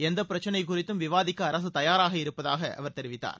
எந்தப் பிரச்சினை குறித்தும் விவாதிக்க அரசு தயாராக இருப்பதாக அவர் தெரிவித்தார்